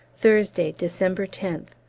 thursday, december seventeenth.